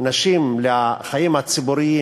נשים לחיים הציבוריים,